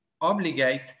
obligate